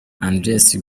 andreas